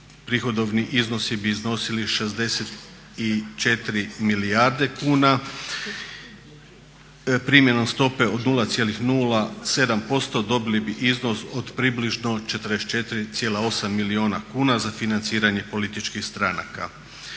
prihodovni iznosi bi iznosili 64 milijarde kuna. Primjenom stope od 0,07% dobili bi iznos od približno 44,8 milijuna kuna za financiranje političkih stranaka.